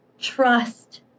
trust